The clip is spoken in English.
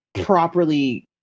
properly